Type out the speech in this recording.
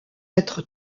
être